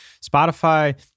Spotify